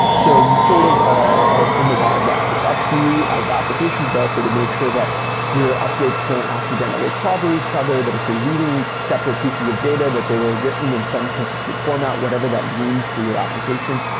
so you sort of are are in the wild west. it's up to you as the application developer to make sure that your updates don't accidentally clobber each other that if you're reading separate pieces of data that they were written in some consistent format, whatever that means for your application,